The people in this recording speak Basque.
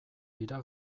dira